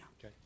Okay